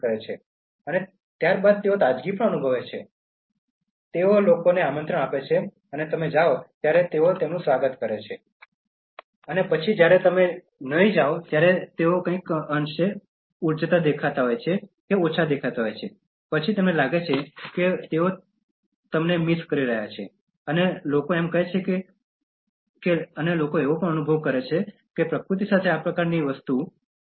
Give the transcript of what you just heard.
અને પછી તેઓ તાજગી અનુભવે છે તેઓ લોકોને આમંત્રણ આપે છે જ્યારે તમે જાઓ ત્યારે તેઓ તેમનું સ્વાગત કરે છે અને પછી જ્યારે તમે ન જશો ત્યારે તેઓ કંઈક અંશે ઓછી ઉર્જાવાળા દેખાતા હોય છે અને પછી તેમને લાગે છે કે તેઓ તમને યાદ કરી રહ્યાં છે અને લોકો એમ કહે છે અને લોકો પ્રકૃતિ સાથે પણ આ પ્રકારની વસ્તુ પણ અનુભવ કરે છે